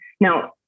Now